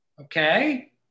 Okay